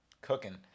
cooking